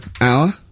hour